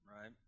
Right